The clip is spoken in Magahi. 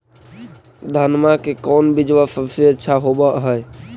धनमा के कौन बिजबा सबसे अच्छा होव है?